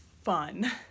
fun